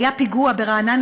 היה פיגוע ברעננה,